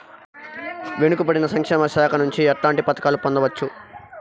వెనుక పడిన సంక్షేమ శాఖ నుంచి ఎట్లాంటి పథకాలు పొందవచ్చు?